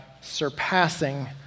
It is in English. surpassing